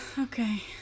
Okay